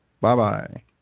Bye-bye